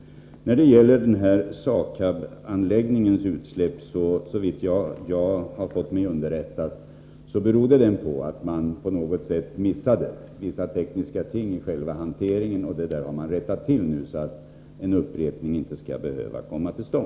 När det gäller utsläppen från SAKAB-anläggningen berodde dessa, såvitt jag har blivit underrättad, på att man på något sätt missade vissa tekniska detaljer i själva hanteringen. Nu har man dock rättat till detta, så att en upprepning inte skall behöva ske.